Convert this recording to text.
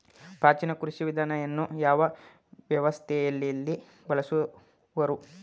ಪ್ರಾಚೀನ ಕೃಷಿ ವಿಧಾನಗಳನ್ನು ಯಾವ ವ್ಯವಸಾಯದಲ್ಲಿ ಬಳಸುವರು?